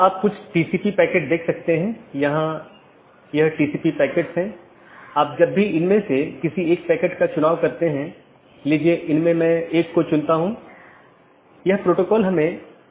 बाहरी gateway protocol जो एक पाथ वेक्टर प्रोटोकॉल का पालन करते हैं और ऑटॉनमस सिस्टमों के बीच में सूचनाओं के आदान प्रदान की अनुमति देता है